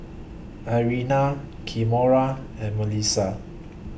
Irena Kimora and Mellisa